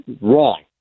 wrong